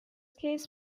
case